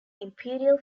imperial